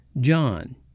John